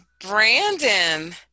Brandon